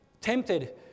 tempted